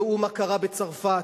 ראו מה קרה בצרפת.